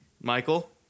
Michael